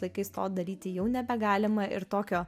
laikais to daryti jau nebegalima ir tokio